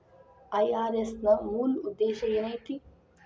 IRS ನ ಮೂಲ್ ಉದ್ದೇಶ ಏನೈತಿ?